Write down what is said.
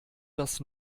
das